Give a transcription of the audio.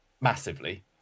massively